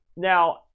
Now